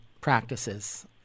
practices